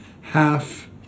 half